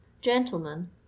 gentlemen